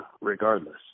regardless